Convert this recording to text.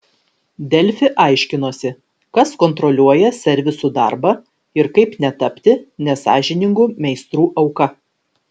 delfi aiškinosi kas kontroliuoja servisų darbą ir kaip netapti nesąžiningų meistrų auka